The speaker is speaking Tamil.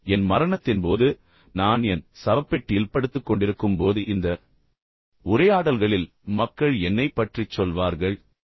என் மரணத்தின் போது நான் என் சவப்பெட்டியில் படுத்துக் கொண்டிருக்கும் போது இந்த உரையாடல்களில் மக்கள் என்னைப் பற்றிச் சொல்வார்கள் நான் உறுதியாக நம்புகிறேன்